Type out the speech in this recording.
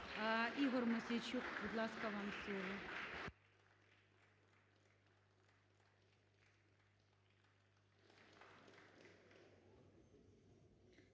Ігор Мосійчук, будь ласка, вам